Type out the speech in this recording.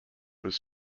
was